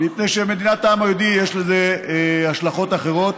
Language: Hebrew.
מפני ש"מדינת העם היהודי", יש לזה השלכות אחרות